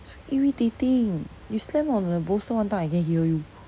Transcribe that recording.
irritating you slam on the bolster one time I can hear you